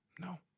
no